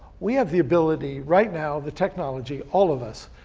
we have the ability right now, the technology, all of us,